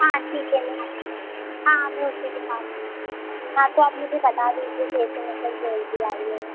हाँ ठीक हाँ मैं उसी दिन आऊँ हाँ तो आप मुझे बता दीजिए कैसे मतलब ज्वेलरी आई है